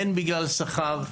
הן בגלל שכר,